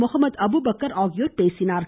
முகம்மது அபுபக்கர் ஆகியோர் பேசினார்கள்